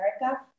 America